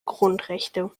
grundrechte